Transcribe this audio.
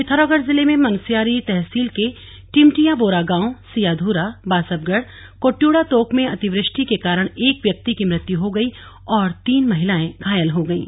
पिथौरागढ़ जिले में मुनस्यारी तहसील के टिमटिया बोरागांव सियाधुरा बासबगड़ कोट्युड़ा तोक में अतिवृष्टि के कारण एक व्यक्ति की मृत्यु हो गई और तीन महिलाएं घायल हो गईं